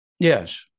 Yes